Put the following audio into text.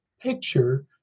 picture